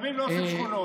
היזמים לא עושים שכונות.